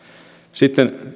sitten